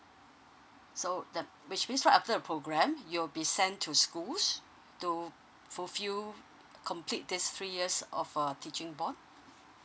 so the which means right after the program you'll be sent to schools to fulfill complete this three years of uh teaching bond